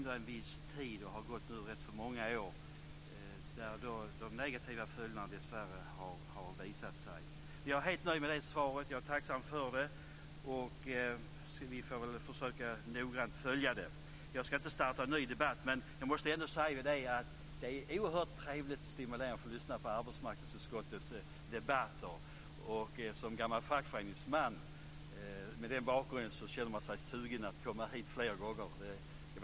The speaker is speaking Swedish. Det har gått rätt många år där dessvärre de negativa följderna har visat sig. Jag är helt nöjd med svaret, och jag är tacksam för det. Vi får väl försöka att noggrant följa ärendet. Jag ska inte starta en ny debatt, men jag måste ändå få säga att det är oerhört trevligt och stimulerande att få lyssna på arbetsmarknadsutskottets debatter. Med min bakgrund som fackföreningsman känner jag mig sugen att komma hit flera gånger.